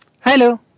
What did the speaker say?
Hello